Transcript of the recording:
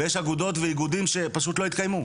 ויש איגודים ואגודות שפשוט לא יתקיימו.